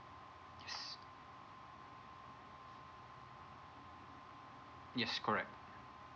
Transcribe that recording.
yes yes correct